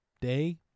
day